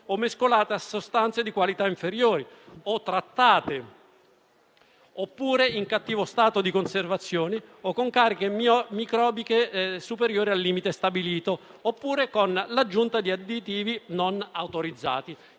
o mescolate a sostanze di qualità inferiore o comunque trattate, oppure in cattivo stato di conservazione, o con cariche microbiche superiori al limite stabilito, oppure con l'aggiunta di additivi non autorizzati.